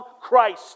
Christ